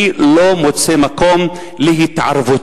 אני לא מוצא מקום להתערבותי.